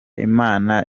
imana